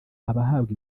abahabwa